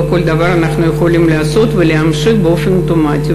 לא כל דבר אנחנו יכולים לעשות ולהמשיך באופן אוטומטי.